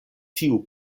tiu